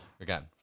again